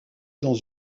dans